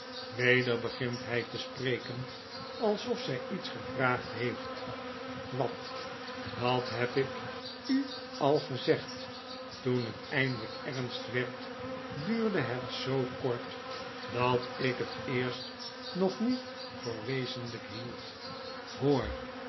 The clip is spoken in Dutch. weder begint hy te spreken alsof zy iets gevraagd heeft wat dat heb ik u al gezegd toen het eindelyk ernst werd duurde het zoo kort dat ik het eerst nog niet voor wezenlyk hield hoor